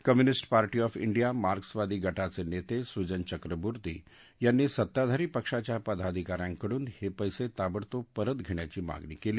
communist party of India Marxvadi गटाचे नेते सुजन चक्रबोर्ती यांनी सत्ताधारी पक्षाच्या पदाधिका यांकडून हे पैसे ताबडतोब परत घेण्याची मागणी केली